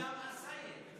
הישאם א-סייד.